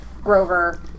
Grover